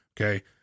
Okay